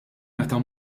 meta